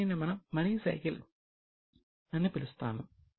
దీనిని మనం money cycle అని పిలుస్తాము